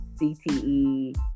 CTE